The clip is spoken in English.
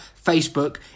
Facebook